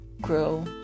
grow